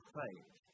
faith